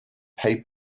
pay